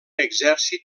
exèrcit